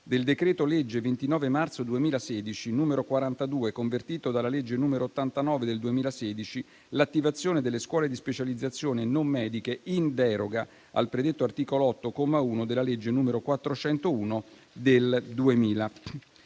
del decreto-legge 29 marzo 2016, n. 42, convertito dalla legge n. 89 del 2016, l'attivazione delle scuole di specializzazione non mediche in deroga al predetto articolo 8, comma 1 della legge n. 401 del 2000.